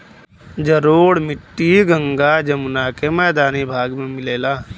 जलोढ़ मट्टी गंगा जमुना के मैदानी भाग में मिलला